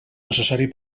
necessari